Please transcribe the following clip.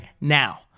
now